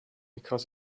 because